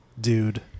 dude